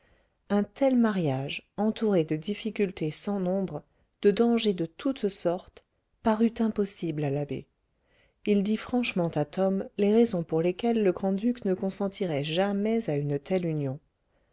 un tel mariage entouré de difficultés sans nombre de dangers de toute sorte parut impossible à l'abbé il dit franchement à tom les raisons pour lesquelles le grand-duc ne consentirait jamais à une telle union